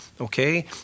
okay